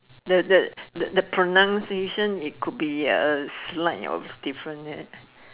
the the the pronunciation it could be a slight of different there